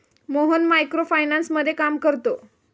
Mohan micro फायनान्समध्ये काम करतो